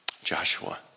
Joshua